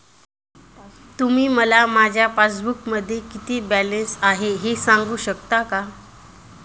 तुम्ही मला माझ्या पासबूकमध्ये किती बॅलन्स आहे हे सांगू शकता का?